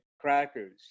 crackers